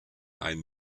einen